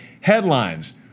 headlines